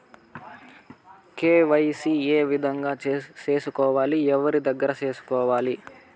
KYC ఏ విధంగా సేసుకోవాలి? ఎవరి దగ్గర సేసుకోవాలి?